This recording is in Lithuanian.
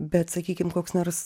bet sakykim koks nors